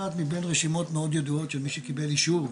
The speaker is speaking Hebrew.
למה זה מסובך לדעת מבין רשימות מאוד ידועות של מי שקיבל אישור?